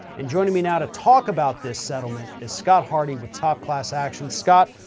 and joining me now to talk about this settlement is scott hardy with top class actions. scott,